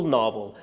novel